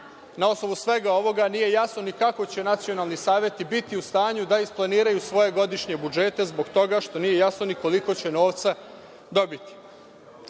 osnovu svega ovoga nije jasno ni kako će nacionalni saveti biti u stanju da isplaniraju svoje godišnje budžete, zbog toga što nije jasno ni koliko će novca dobiti.